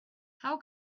how